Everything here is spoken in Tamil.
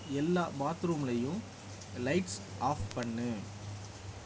எல்லா பாத்ரூம்லேயும் லைட்ஸ் ஆஃப் பண்ணு